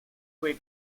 fue